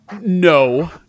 No